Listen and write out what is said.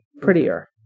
Prettier